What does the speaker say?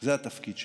זה התפקיד שלכם.